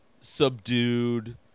subdued